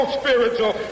spiritual